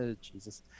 Jesus